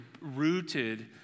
rooted